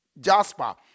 jasper